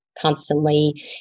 constantly